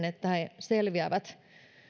että he selviävät